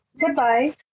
Goodbye